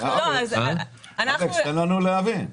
תאפשר לנו להבין.